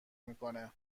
میکنه